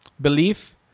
Belief